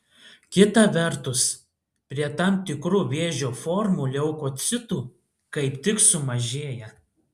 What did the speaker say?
kita vertus prie tam tikrų vėžio formų leukocitų kaip tik sumažėja